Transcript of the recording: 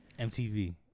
mtv